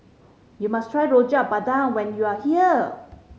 you must try Rojak Bandung when you are here